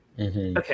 Okay